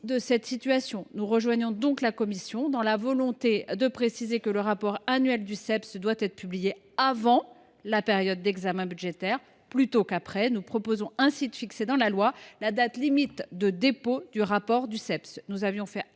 de cette situation. Nous rejoignons donc la commission dans la volonté de préciser que le rapport annuel du CEPS doit être publié avant la période budgétaire plutôt qu’après. Nous proposons ainsi de fixer dans la loi la date limite de dépôt du rapport du CEPS. Je répète que